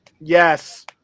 yes